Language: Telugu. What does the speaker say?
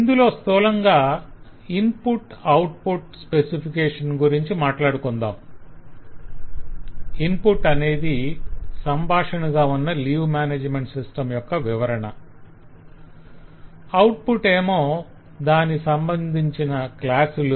ఇందులో స్థూలంగా ఇన్పుట్ ఔట్పుట్ స్పెసిఫికేషన్ గురించి మాట్లాడుకొందాం ఇన్పుట్ అనేది సంభాషణగా ఉన్న లీవ్ మేనేజ్మెంట్ సిస్టం యొక్క వివరణ ఔట్పుట్ ఏమో దాని సంబంధించిన క్లాసులు